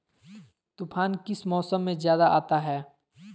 तूफ़ान किस मौसम में ज्यादा आता है?